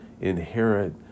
inherit